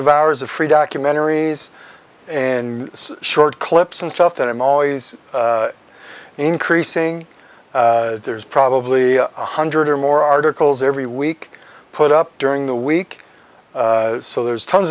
of hours of free documentaries and short clips and stuff that i'm always increasing there's probably one hundred or more articles every week put up during the week so there's tons